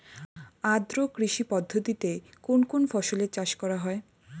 আদ্র কৃষি পদ্ধতিতে কোন কোন ফসলের চাষ করা হয়?